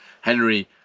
Henry